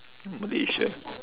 malaysia